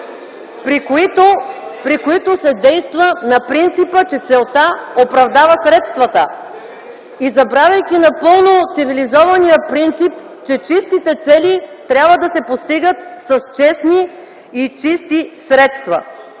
при които се действа на принципа, че целта оправдава средствата и забравяйки напълно цивилизования принцип, че чистите цели трябва да се постигат с честни и чисти средства.